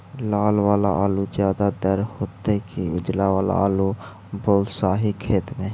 लाल वाला आलू ज्यादा दर होतै कि उजला वाला आलू बालुसाही खेत में?